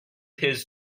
his